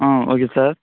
ah okay sir